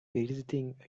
visiting